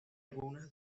algunas